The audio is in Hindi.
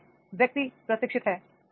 इसलिए व्यक्ति प्रशिक्षित है